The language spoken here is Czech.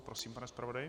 Prosím, pane zpravodaji.